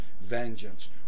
vengeance